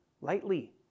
lightly